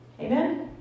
amen